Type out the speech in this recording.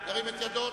ירים את ידו.